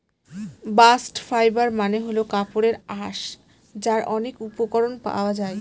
bast fibre মানে হল কাপড়ের আঁশ যার অনেক উপকরণ পাওয়া যায়